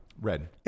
Red